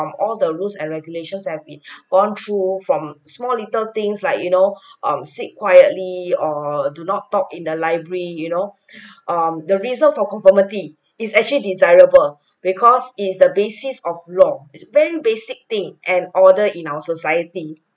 from all the rules and regulations have been gone through from small little things like you know um sit quietly or do not talk in the library you know um the result for conformity is actually desirable because it's the basis of law is very basic thing an order in our society